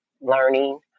learning